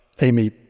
Amy